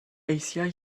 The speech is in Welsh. eisiau